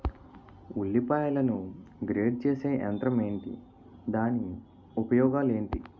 ఉల్లిపాయలను గ్రేడ్ చేసే యంత్రం ఏంటి? దాని ఉపయోగాలు ఏంటి?